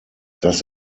das